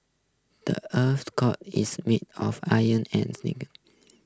the earth's core is made of iron and nickel